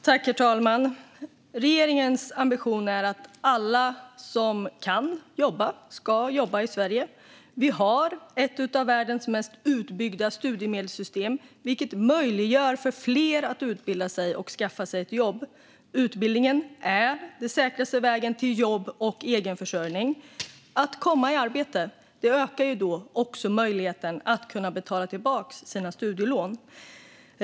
Herr talman! Regeringens ambition är att alla i Sverige som kan jobba ska jobba. Vi har ett av världens mest utbyggda studiemedelssystem, vilket möjliggör för fler att utbilda sig och skaffa sig ett jobb. Utbildning är den säkraste vägen till jobb och egenförsörjning. Att komma i arbete ökar därför möjligheten att kunna betala tillbaka sina studielån.